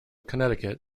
connecticut